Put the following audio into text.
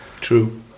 true